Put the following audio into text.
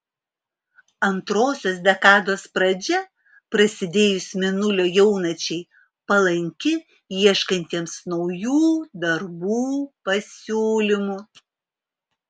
antrosios dekados pradžia prasidėjus mėnulio jaunačiai palanki ieškantiems naujų darbų pasiūlymų